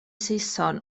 saeson